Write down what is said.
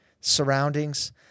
surroundings